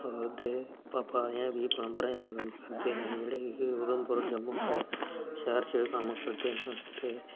ओह्दे पापा अजें बी पलम्बरें दा कम्म करदे न जेह्ड़े कि उधमुपर जम्मू शैह्र च कम्म करदे न ते